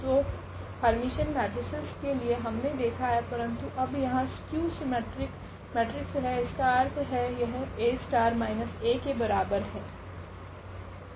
तो Hermitian matrices के लिए हमने देखा है परंतु अब यहाँ स्क्यू सीमेट्रिक मेट्रिक्स है इसका अर्थ है यह A माइनस A के बराबर है